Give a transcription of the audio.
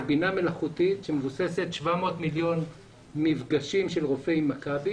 זאת בינה מלאכותית שמבוססת על 700 מיליון מפגשים של רופאי מכבי